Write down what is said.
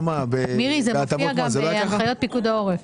מירי, זה מופיע גם בהנחיות פיקוד העורף.